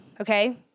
okay